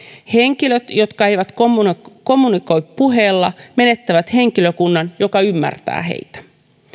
henkilöt jotka eivät kommunikoi kommunikoi puheella menettävät henkilökunnan joka ymmärtää heitä